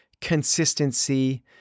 consistency